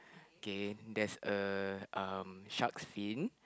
okay there's a um shark fin